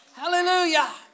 hallelujah